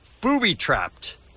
booby-trapped